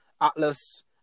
Atlas